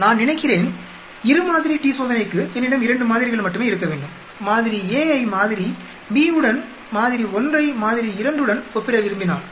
நான் நினைக்கிறேன் இரு மாதிரி t சோதனைக்கு என்னிடம் 2 மாதிரிகள் மட்டுமே இருக்க வேண்டும் மாதிரி A ஐ மாதிரி B உடன் மாதிரி 1 ஐ மாதிரி 2 உடன் ஒப்பிட விரும்பினால்